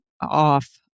off